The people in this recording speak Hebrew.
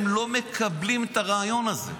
הם לא מקבלים את הרעיון הזה,